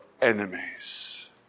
Enemies